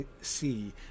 see